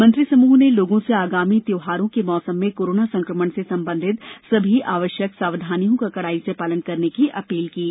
मंत्री समूह ने लोगों से आगामी त्यौहारों के मौसम में कोरोना संक्रमण से संबंधित सभी आवश्यक सावधानियों का कड़ाई से पालन करने की अपील की है